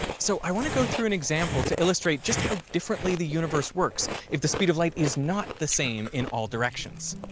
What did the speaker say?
so i want to go through an example to illustrate just how differently the universe works if the speed of light is not the same in all directions.